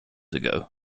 ago